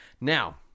Now